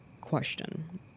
question